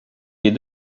les